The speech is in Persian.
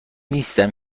نیستم